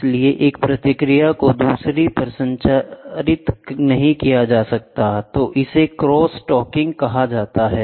इसलिए एक प्रतिक्रिया को दूसरी पर संचारित नहीं किया जाता हैI तो इसे क्रॉस टॉकिंग कहा जाता है